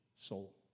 soul